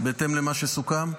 בהתאם למה שסוכם?